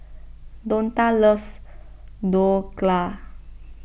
Donta loves Dhokla